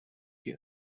you